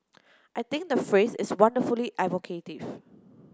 I think the phrase is wonderfully evocative